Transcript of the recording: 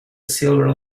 silver